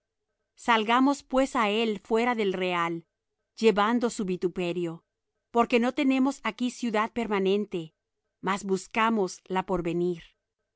salgamos pues á él fuera del real llevando su vituperio porque no tenemos aquí ciudad permanente mas buscamos la